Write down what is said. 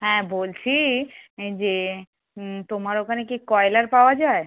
হ্যাঁ বলছি যে তোমার ওখানে কি ব্রয়লার পাওয়া যায়